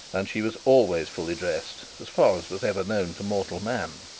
and she was always fully dressed, as far as was ever known to mortal man.